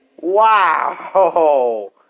Wow